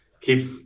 keep